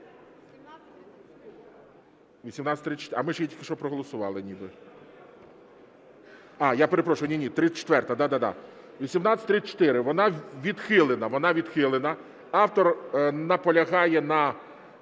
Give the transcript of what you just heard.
вона відхилена. Автор наполягає на